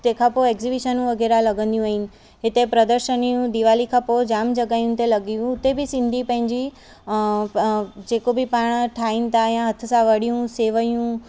तंहिंखां पोइ एग्ज़िबीशन वग़ैरह लॻंदियूं आहिनि हिते प्रदर्शनियूं दिवाली खां पोइ जाम जॻहियुनि ते लॻी हुयूं हुते बि सिंधी पंहिंजी जेको बि पाण ठाहिनि था या हथ सां वड़ियूं सेवयूं